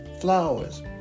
Flowers